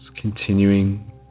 continuing